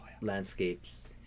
landscapes